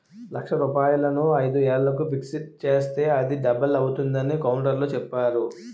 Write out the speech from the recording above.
లక్ష రూపాయలను ఐదు ఏళ్లకు ఫిక్స్ చేస్తే అది డబుల్ అవుతుందని కౌంటర్లో చెప్పేరు